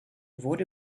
wurde